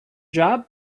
job